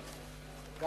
בבקשה.